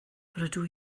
rydw